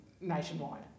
nationwide